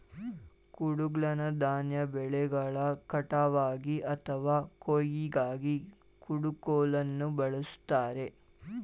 ಕುಡುಗ್ಲನ್ನ ಧಾನ್ಯ ಬೆಳೆಗಳ ಕಟಾವ್ಗಾಗಿ ಅಥವಾ ಕೊಯ್ಲಿಗಾಗಿ ಕುಡುಗೋಲನ್ನ ಬಳುಸ್ತಾರೆ